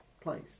place